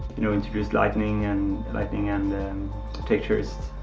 you know, introduce lightening and lightening and textures,